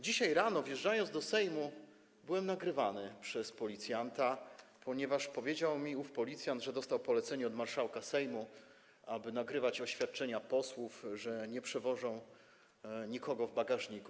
Dzisiaj rano, gdy wjeżdżałem do Sejmu, byłem nagrywany przez policjanta, ponieważ, jak powiedział mi ów policjant, dostał on polecenie od marszałka Sejmu, aby nagrywać oświadczenia posłów, że nie przewożą nikogo w bagażniku.